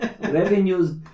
Revenues